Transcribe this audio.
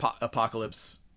apocalypse